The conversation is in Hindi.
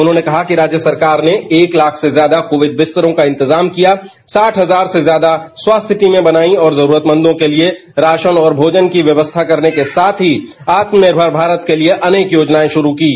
उन्होंने कहा कि राज्य सरकार ने एक लाख से ज्यादा कोविड बिस्तरों का इंतजाम किया साठ हजार से ज्यादा स्वास्थ्य टीमें बनाई और जरूरतमंदों के लिए राशन और भोजन की व्यवस्था करने के साथ ही आत्मनिर्भर भारत के लिए अनेक योजनाएं शुरू कीं